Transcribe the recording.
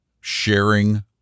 sharing